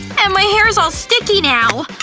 and my hair's all sticky now.